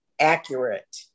accurate